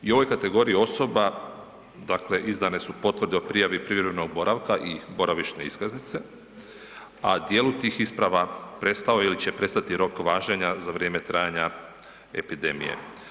I ove kategorije osoba dakle izdane su potvrde o prijavi privremenog boravka i boravišne iskaznice, a djelu tih isprava prestao je ili će prestati rok važenja za vrijeme trajanja epidemije.